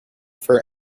for